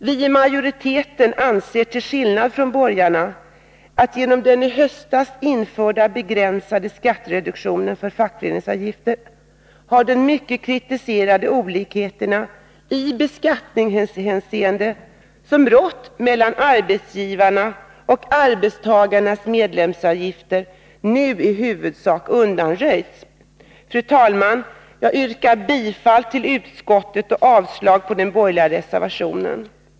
Vi i majoriteten anser, till skillnad från borgarna, att den mycket kritiserade olikheten i beskattningshänseende som rått mellan arbetsgivarnas och arbetstagarnas medlemsavgifter genom den i höstas införda begränsade skattereduktionen för fackföreningsavgifter nu i huvudsak har undanröjts. Fru talman! Jag yrkar bifall till utskottets hemställan och avslag på den borgerliga reservationen.